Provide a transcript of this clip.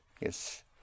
yes